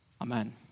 Amen